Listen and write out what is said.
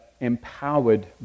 empowered